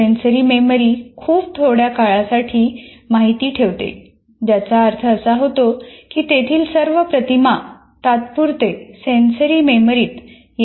sensory memory खूप थोड्या काळासाठी माहिती ठेवते ज्याचा अर्थ असा होतो की तेथील सर्व प्रतिमा तात्पुरते सेन्सरी मेमरीत येतात